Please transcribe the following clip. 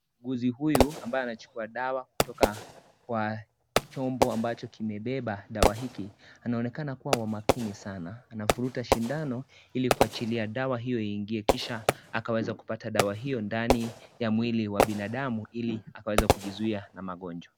Muuguzi huyu ambaye anachukua dawa kutoka kwa chombo ambacho kimebeba dawa hiki. Anaonekana kuwa wa makini sana, anavurita shindano ili kuwachilia dawa hiyo iingie kisha akaweza kupata dawa hiyo ndani ya mwili wa binadamu ili akaweza kujizuia na magonjwa.